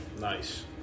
Nice